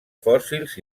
fòssils